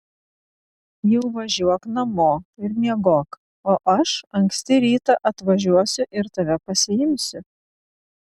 jau važiuok namo ir miegok o aš anksti rytą atvažiuosiu ir tave pasiimsiu